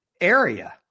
area